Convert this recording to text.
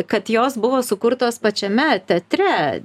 kad jos buvo sukurtos pačiame teatre